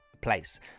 place